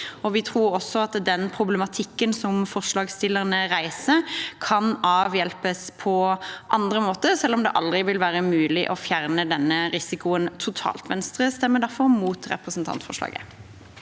Vi tror også at problematikken som forslagsstillerne reiser, kan avhjelpes på andre måter, selv om det aldri vil være mulig å fjerne denne risikoen totalt. Venstre stemmer derfor mot representantforslaget.